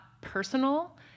personal